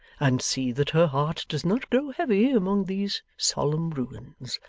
and see that her heart does not grow heavy among these solemn ruins.